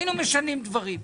היינו משנים דברים.